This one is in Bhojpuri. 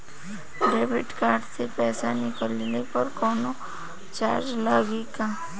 देबिट कार्ड से पैसा निकलले पर कौनो चार्ज लागि का?